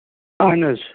اَہَن حظ